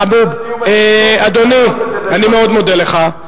חבוב, אדוני, אני מאוד מודה לך.